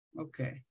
Okay